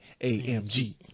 amg